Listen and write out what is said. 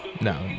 No